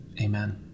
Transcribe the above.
amen